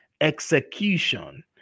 Execution